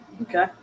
Okay